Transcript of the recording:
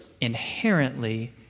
inherently